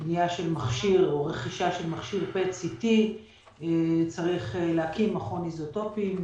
רכישת מכשיר PET-CT. צריך להקים מכון איזוטופים,